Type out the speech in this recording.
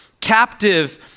captive